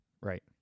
Right